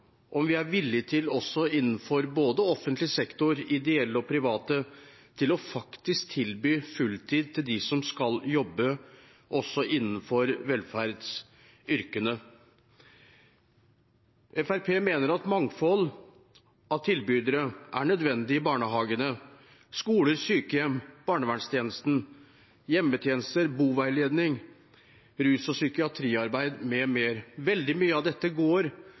vi er villige til, innenfor både offentlig sektor, ideelle og private, å tilby fulltid til dem som skal jobbe innenfor velferdsyrkene. Fremskrittspartiet mener at et mangfold av tilbydere er nødvendig i barnehager, skoler, sykehjem, barnevernstjenesten, hjemmetjenester og innenfor boveiledning, rus- og psykiatriarbeid m.m. Veldig mye av dette går